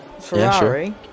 Ferrari